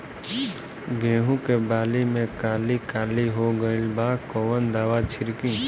गेहूं के बाली में काली काली हो गइल बा कवन दावा छिड़कि?